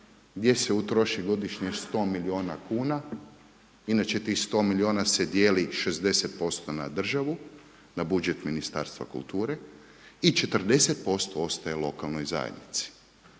gdje se utroši godišnje 100 milijuna kuna. Inače tih 100 milijuna se dijeli 60% na državu, na budžet Ministarstva kulture i 40% ostaje lokalnoj zajednici.